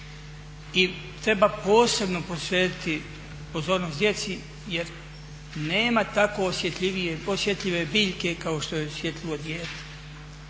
I treba posebno posvetiti pozornost djeci jer nema tako osjetljive biljke kao što je osjetljivo dijete.